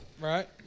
Right